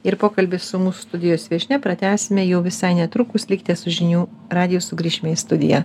ir pokalbį su mūsų studijos viešnia pratęsime jau visai netrukus likite su žinių radiju sugrįšime į studiją